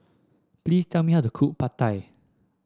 please tell me how to cook Pad Thai